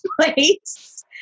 place